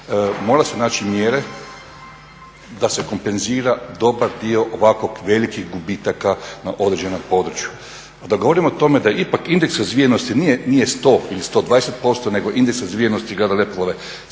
mora se naći mjeri da se kompenzira dobar dio ovako velikih gubitaka na određenom području. Kada govorimo o tome da je ipak indeks razvijenosti nije 100 ili 120%, nego je indeks razvijenosti Grada Lepoglave